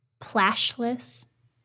plashless